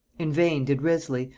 in vain did wriothesley,